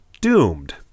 doomed